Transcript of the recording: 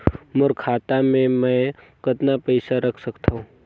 मोर खाता मे मै कतना पइसा रख सख्तो?